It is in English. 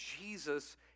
Jesus